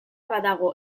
badago